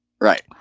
Right